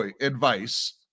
advice